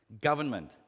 government